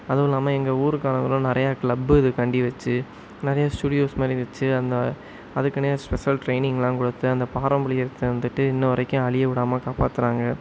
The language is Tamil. அதுவும் இல்லாமல் எங்கள் ஊருக்காரங்களும் நிறையா கிளப்ப இதுக்காண்டி வச்சு நிறையா ஸ்டூடியோஸ் மாதிரி வச்சு அந்த அதுக்குனே ஸ்பெஷல் ட்ரெயினிங்கெலாம் கொடுத்து அந்த பாரம்பரியத்தை வந்துட்டு இன்று வரைக்கும் அழியவிடாம காப்பாற்றுறாங்க